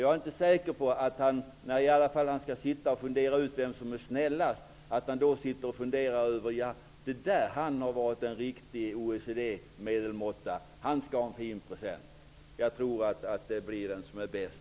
Jag är inte säker på att jultomten funderar över vem som har varit en riktig OECD medelmåtta och ger vederbörande en fin present. Jag tror faktiskt att han väljer den som är bäst.